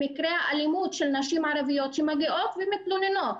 מקרי אלימות של נשים ערביות שמגיעות ומתלוננות.